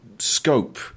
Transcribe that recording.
Scope